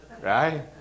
Right